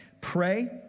pray